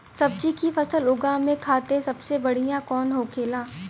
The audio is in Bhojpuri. सब्जी की फसल उगा में खाते सबसे बढ़ियां कौन होखेला?